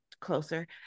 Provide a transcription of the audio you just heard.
closer